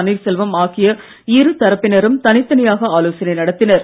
பன்னீர் செல்வம் ஆகிய இரு தரப்பினரும் தனித்தனியாக ஆலோசனை நடத்தினர்